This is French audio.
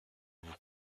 pouvez